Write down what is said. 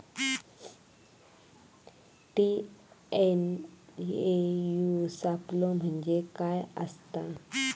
TNAU सापलो म्हणजे काय असतां?